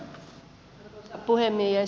arvoisa puhemies